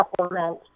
supplement